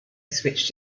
switched